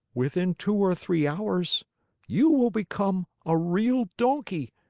within two or three hours you will become a real donkey,